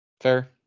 Fair